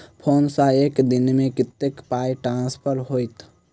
Phone सँ एक दिनमे कतेक पाई ट्रान्सफर होइत?